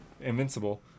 Invincible